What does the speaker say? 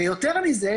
ויותר מזה,